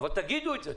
אבל תגידו את זה,